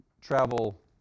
travel